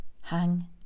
hang